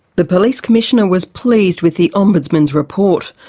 the police commissioner was pleased with the ombudsman's report.